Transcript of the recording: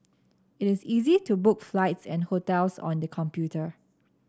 it is easy to book flights and hotels on the computer